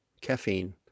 caffeine